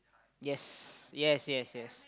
yes yes yes yes